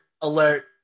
alert